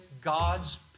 God's